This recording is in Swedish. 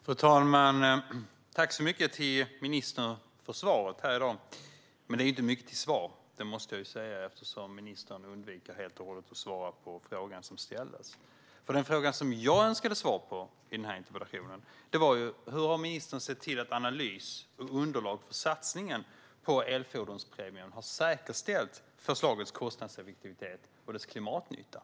Fru talman! Tack så mycket, ministern, för svaret här i dag! Det är inte mycket till svar, det måste jag säga, eftersom ministern helt och hållet undviker att svara på frågan som ställdes. Den fråga som jag önskade svar på i interpellationen var: Hur har ministern sett till att analys och underlag för satsningen på elfordonspremien har säkerställt förslagets kostnadseffektivitet och dess klimatnytta?